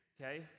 okay